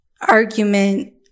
argument